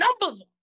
numbers